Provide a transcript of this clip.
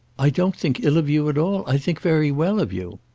i don't think ill of you at all. i think very well of you.